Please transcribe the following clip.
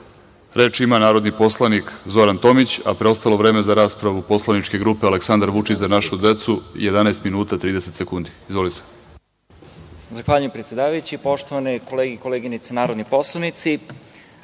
ima narodni poslanik Zoran Tomić, a preostalo vreme za raspravu poslaničke grupe „Aleksandar Vučić - Za našu decu“, 11 minuta i 30 sekundi. Izvolite.